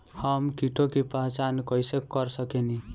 हम कीटों की पहचान कईसे कर सकेनी?